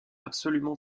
absolument